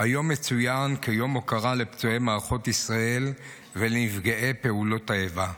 היום מצוין כיום הוקרה לפצועי מערכות ישראל ונפגעי פעולות האיבה.